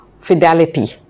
fidelity